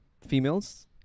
females